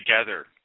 together